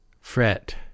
fret